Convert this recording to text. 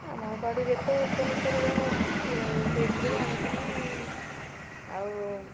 ଆମ ବାଡ଼ିରେ ତ ପନିପରିବା ଅଛି ଆଉ ସେଇଥିରୁ ଆଣିକିରି ଆଉ